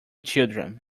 children